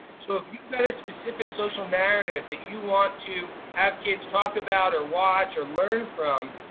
so if you've got a specific social narrative that you want to have kids talk about or watch or learn from,